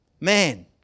Man